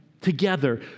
together